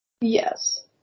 Yes